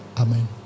Amen